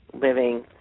living